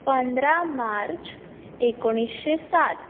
पंदरा मार्च एकोणिशें सात